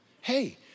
Hey